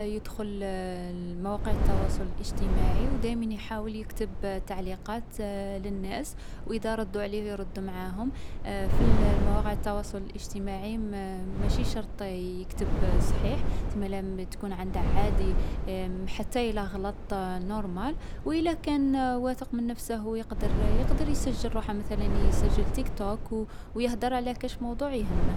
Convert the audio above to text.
يدخل للـ لمواقع التواصل الاجتماعي و دايما يحاول يكتب تعليقات للناس. و ادا ردو عليه يرد معاهم. في الـ المواقع التواصل الاجتماعي، مـ مشي شرط يكتب صحيح. تسمالا مـ تكون عنده عادي حتى إلا غلط نورمال. وإيلا كان واثق من نفسه و يقدر، يقدر يسجل روحه مثلا، يسجل التيكتوك، و و يهدر على كاش موضوع يهم.